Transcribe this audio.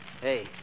Hey